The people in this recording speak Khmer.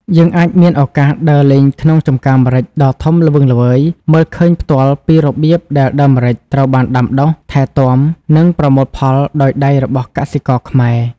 យើងអាចមានឱកាសដើរលេងក្នុងចម្ការម្រេចដ៏ធំល្វឹងល្វើយ មើលឃើញផ្ទាល់ពីរបៀបដែលដើមម្រេចត្រូវបានដាំដុះ ថែទាំ និងប្រមូលផលដោយដៃរបស់កសិករខ្មែរ ។